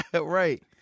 right